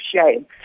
shame